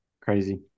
Crazy